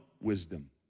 wisdom